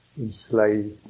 enslaved